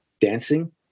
dancing